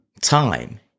Time